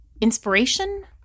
inspiration